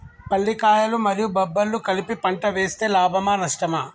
పల్లికాయలు మరియు బబ్బర్లు కలిపి పంట వేస్తే లాభమా? నష్టమా?